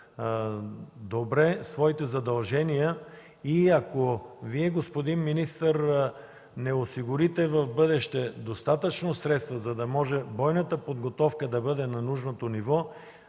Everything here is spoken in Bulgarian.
добре своите задължения. Ако Вие, господин министър, не осигурите в бъдеще достатъчно средства, за да може бойната подготовка да бъде на нужното ниво,